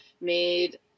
made